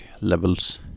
levels